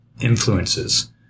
influences